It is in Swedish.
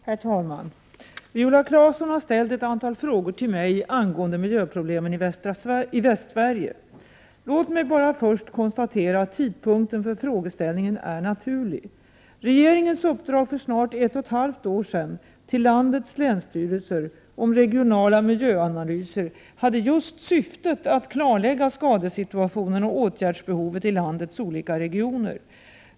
Herr talman! Viola Claesson har ställt ett antal frågor till mig angående miljöproblemen i Västsverige. Låt mig bara först konstatera att tidpunkten för frågeställningen är naturlig. Regeringens uppdrag för snart ett och ett halvt år sedan till landets länsstyrelser om regionala miljöanalyser hade just syftet att klarlägga skadesituationen och åtgärdsbehovet i landets olika regioner.